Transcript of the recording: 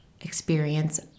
experience